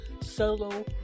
Solo